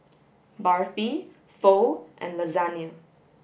Barfi Pho and Lasagne